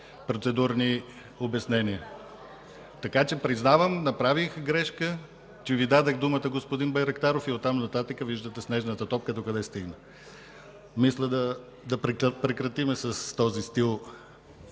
процедурни обяснения. Признавам, направих грешка, че Ви дадох думата, господин Байрактаров, и от там нататък виждате снежната топка докъде стигна. Мисля да прекратим с този стил